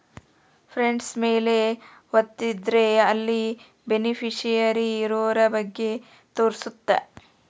funds ಮೇಲೆ ವತ್ತಿದ್ರೆ ಅಲ್ಲಿ ಬೆನಿಫಿಶಿಯರಿ ಇರೋರ ಬಗ್ಗೆ ತೋರ್ಸುತ್ತ